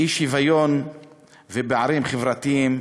אי-שוויון ופערים חברתיים